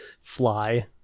fly